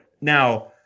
Now